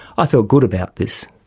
i felt good about this.